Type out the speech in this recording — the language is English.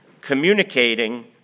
Communicating